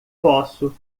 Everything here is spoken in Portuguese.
posso